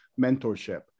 mentorship